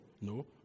no